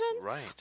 Right